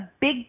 big